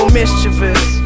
mischievous